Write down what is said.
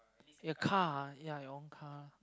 the car ya your own car